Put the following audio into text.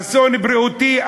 אסון בריאותי,